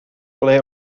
ble